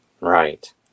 Right